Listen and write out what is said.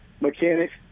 mechanics